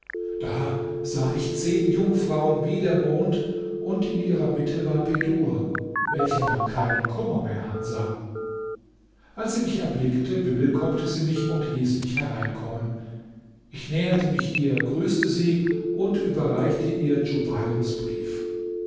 da sah ich zehn jungfrauen wie der mond und in ihrer mitte war bedur welcher man keinen kummer mehr ansah als sie mich erblickte bewillkommte sie mich und hieß mich hereinkommen ich näherte mich ihr grüßte sie und überreichte ihr djubeirs brief